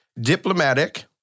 diplomatic